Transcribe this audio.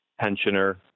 pensioner